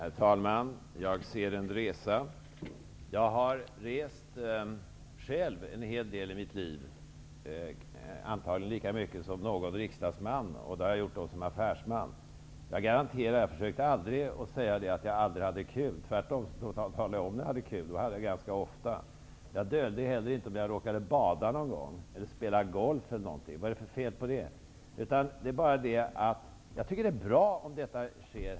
Herr talman! Jag ser en resa! Jag har själv rest en hel del i mitt liv som affärsman, antagligen lika mycket som någon riksdagsman. Jag garanterar att jag aldrig försökte säga att jag aldrig hade ''kul'', tvärtom. Jag talade om när jag hade ''kul'', vilket jag hade ganska ofta. Jag dolde inte heller om jag råkade bada eller spela golf någon gång. Vad är det för fel på det? Jag tycker det är bra att detta sker.